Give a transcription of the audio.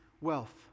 wealth